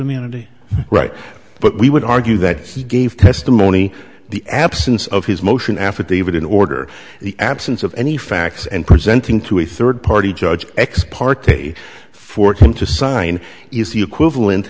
immunity right but we would argue that he gave testimony the absence of his motion affidavit in order the absence of any facts and presenting to a third party judge ex parte for him to sign is the equivalent